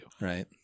Right